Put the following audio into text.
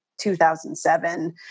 2007